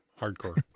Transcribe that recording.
hardcore